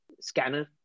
scanner